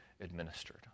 administered